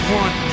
one